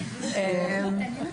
מיוחד,